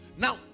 Now